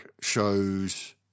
shows